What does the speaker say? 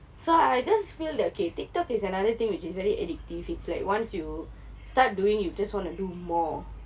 so I just feel that okay Tiktok is another thing which is very addictive it's like once you start doing you just want to do more